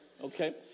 Okay